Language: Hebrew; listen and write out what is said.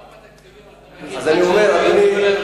כמה תקציבים אתה מכיר,